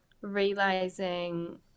realizing